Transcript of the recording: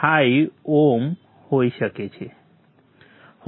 5Ω હોઈ શકે છે